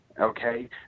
Okay